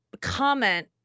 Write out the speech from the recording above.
comment